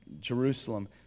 Jerusalem